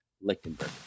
Lichtenberg